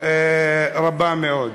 רבות מאוד.